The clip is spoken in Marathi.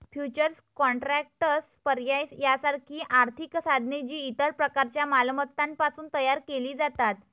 फ्युचर्स कॉन्ट्रॅक्ट्स, पर्याय यासारखी आर्थिक साधने, जी इतर प्रकारच्या मालमत्तांपासून तयार केली जातात